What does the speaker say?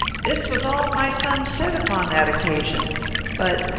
this was all my son said upon that occasion but,